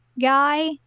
guy